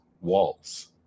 walls